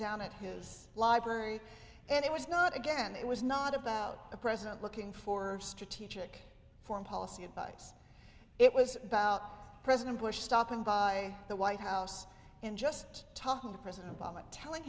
down at his library and it was not again it was not about the president looking for strategic foreign policy advice it was about president bush stopping by the white house and just talking to president obama telling